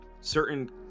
certain